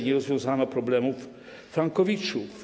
Nie rozwiązano także problemów frankowiczów.